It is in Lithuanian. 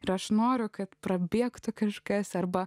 ir aš noriu kad prabėgtų kažkas arba